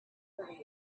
thirty